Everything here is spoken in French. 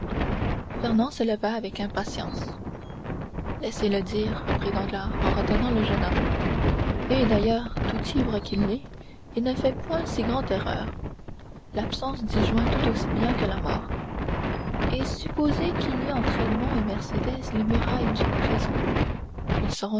se leva avec impatience laissez-le dire reprit danglars en retenant le jeune homme et d'ailleurs tout ivre qu'il est il ne fait point si grande erreur l'absence disjoint tout aussi bien que la mort et supposez qu'il y ait entre edmond et mercédès les murailles d'une prison